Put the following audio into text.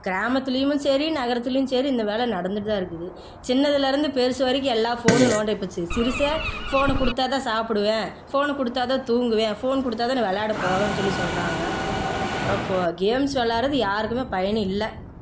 கிராமத்துலேயும் சரி நகரத்துலேயும் சரி இந்த வேலை நடந்துகிட்டுதான் இருக்குது சின்னதுலேருந்து பெருசு வரைக்கும் எல்லாம் ஃபோனும் நோண்டபோச்சு சிறுசே ஃபோனை கொடுத்தாதான் சாப்பிடுவேன் ஃபோனை கொடுத்தாதான் தூங்குவேன் ஃபோன் கொடுத்தாதான் நான் விளையாட போவேன்னு சொல்லி சொல்கிறாங்க அப்புறம் கேம்ஸ் விளையாடுறது யாருக்குமே பயன் இல்லை